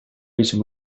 reason